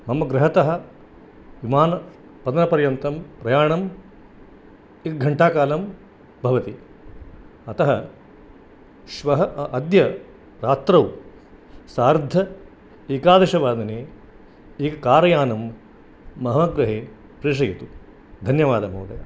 मम गृहतः विमनपत्तनपर्यन्तं प्रयाणं एकघण्टाकालं भवति अतः श्व अद्य रात्रौ सार्ध एकादशवादने एक कार्यानं मम गृहे प्रेषयतु धन्यवादः